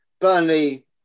Burnley